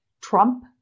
Trump